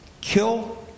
kill